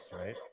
right